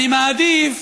אני מעדיף